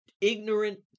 ignorant